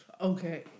Okay